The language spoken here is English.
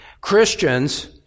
Christians